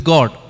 God